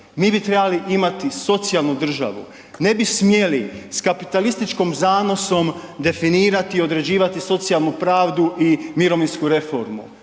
Mi bi trebali imati socijalnu državu. Ne bi smjeli sa kapitalističkim zanosom definirati, određivati socijalnu pravdu i mirovinsku reformu